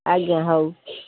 ଆଜ୍ଞା ହେଉ